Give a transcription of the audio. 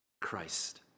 Christ